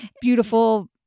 beautiful